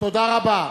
תודה רבה.